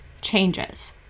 changes